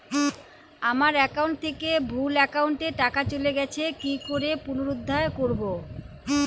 আমার একাউন্ট থেকে ভুল একাউন্টে টাকা চলে গেছে কি করে পুনরুদ্ধার করবো?